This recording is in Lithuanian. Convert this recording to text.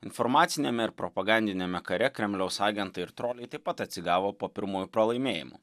informaciniame ir propagandiniame kare kremliaus agentai ir troliai taip pat atsigavo po pirmųjų pralaimėjimų